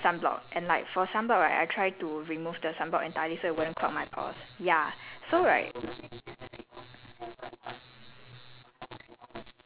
okay cause normally right I would double cleanse cause I wear err sunblock and like for sunblock right I try to remove the sunblock entirely so it wouldn't clog my pores ya so right